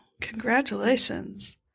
Congratulations